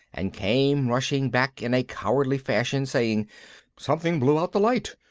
and came rushing back in a cowardly fashion, saying something blew out the light.